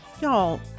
Y'all